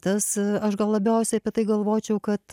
tas aš gal labiausiai apie tai galvočiau kad